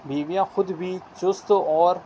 بیویاں خود بھی چست اور